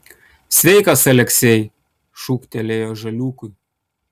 sveikas aleksej šūktelėjo žaliūkui